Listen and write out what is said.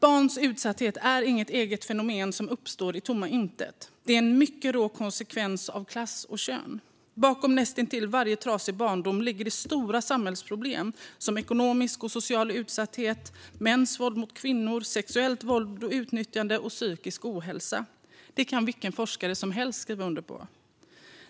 Barns utsatthet är inget eget fenomen som uppstår ur tomma intet, utan det är en mycket rå konsekvens av klass och kön. Bakom näst intill varje trasig barndom ligger stora samhällsproblem som ekonomisk och social utsatthet, mäns våld mot kvinnor, sexuellt våld och utnyttjande och psykisk ohälsa. Detta kan vilken forskare som helst skriva under på.